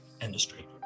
industry